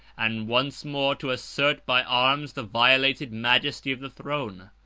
and once more to assert by arms the violated majesty of the throne.